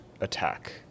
attack